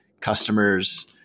customer's